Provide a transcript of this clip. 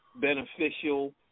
beneficial